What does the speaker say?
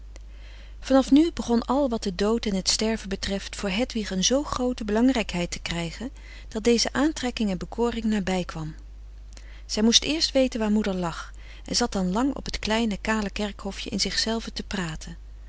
nu af begon al wat den dood en het sterven betreft voor hedwig een zoo groote belangrijkheid te krijgen dat deze aantrekking en bekoring nabij kwam zij moest eerst weten waar moeder lag en zat dan lang op het kleine kale kerkhofje in zichzelve te praten